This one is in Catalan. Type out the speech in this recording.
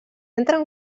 entren